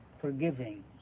forgiving